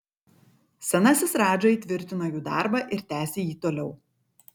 senasis radža įtvirtino jų darbą ir tęsė jį toliau